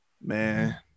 man